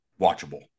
watchable